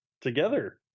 together